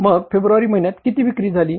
मग फेब्रुवारी महिन्यात किती विक्री झाली